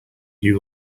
you